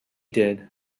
did